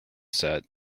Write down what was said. set